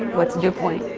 what's dew point?